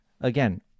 again